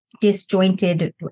disjointed